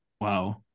wow